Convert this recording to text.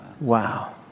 Wow